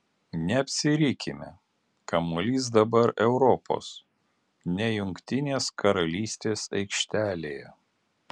neapsirikime kamuolys dabar europos ne jungtinės karalystės aikštelėje